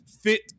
fit